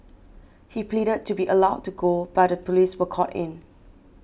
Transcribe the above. he pleaded to be allowed to go but the police were called in